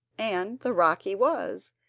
and the rock he was,